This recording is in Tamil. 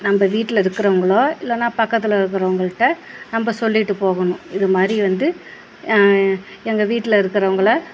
நம்ம வீட்டில் இருக்கறவங்களோ இல்லைனா பக்கத்தில் இருக்கறவங்கள்ட்ட நம்ம சொல்லிட்டு போகணும் இது மாதிரி வந்து எங்கள் வீட்டில் இருக்கறவங்கள